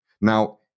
Now